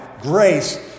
grace